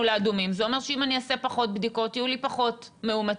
לאדומים זה אומר שאם אני אעשה פחות בדיקות יהיו לי פחות מאומתים,